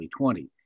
2020